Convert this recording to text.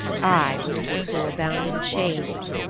i would keep thor bound in chains,